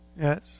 Yes